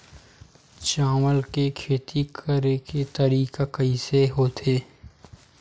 चावल के खेती करेके तरीका कइसे होथे?